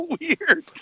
weird